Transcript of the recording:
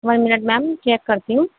one minute ma'am check کرتی ہوں